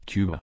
Cuba